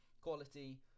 quality